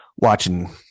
watching